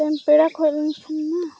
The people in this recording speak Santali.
ᱮᱱᱛᱮᱱ ᱯᱮᱲᱟᱠᱚ ᱦᱮᱡ ᱞᱮᱱᱠᱷᱟᱱ ᱢᱟ